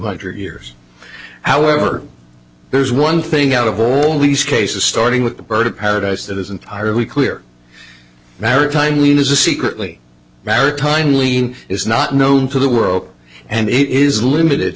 hundred years however there's one thing out of all these cases starting with the bird of paradise that is entirely clear maritime weed is a secretly maritime leaving is not known to the world and it is limited